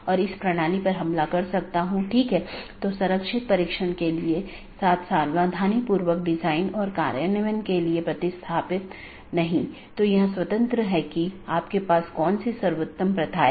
एक पारगमन AS में मल्टी होम AS के समान 2 या अधिक ऑटॉनमस सिस्टम का कनेक्शन होता है लेकिन यह स्थानीय और पारगमन ट्रैफिक दोनों को वहन करता है